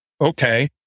Okay